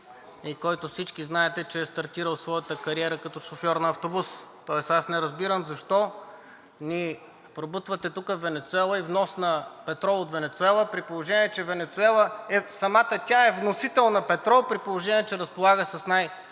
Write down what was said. и който всички знаете, че е стартирал своята кариера като шофьор на автобус. (Реплики.) Тоест не разбирам защо ни пробутвате тук Венецуела и внос на петрол от Венецуела, при положение че Венецуела – самата тя, е вносител на петрол, при положение че разполага с най-големите